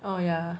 oh yeah